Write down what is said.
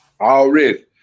already